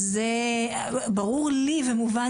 ברור לי לגמרי